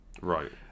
Right